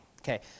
Okay